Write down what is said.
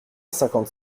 cinquante